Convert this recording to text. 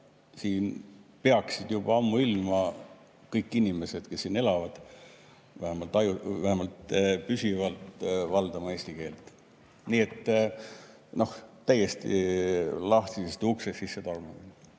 peaksid juba ammuilma kõik inimesed, kes siin elavad, vähemalt need, kes püsivalt elavad, valdama eesti keelt. Nii et täiesti lahtisest uksest sissetormamine.